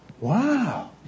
Wow